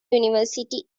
university